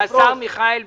רבותיי, השר מיכאל ביטון,